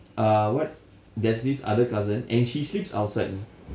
err what there's this other cousin and she sleeps outside